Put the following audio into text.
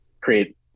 create